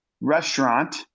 restaurant